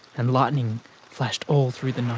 and lightning flashed all through the